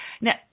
Now